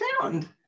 sound